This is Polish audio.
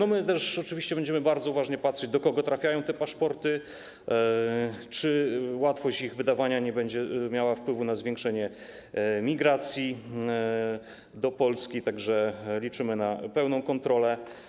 Oczywiście będziemy bardzo uważnie patrzeć, do kogo trafiają te paszporty, czy łatwość ich wydawania nie będzie miała wpływu na zwiększenie migracji do Polski, liczymy na pełną kontrolę.